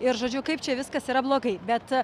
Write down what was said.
ir žodžiu kaip čia viskas yra blogai bet